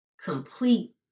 complete